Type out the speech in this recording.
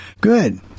Good